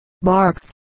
barks